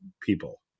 people